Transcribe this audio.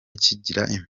kigira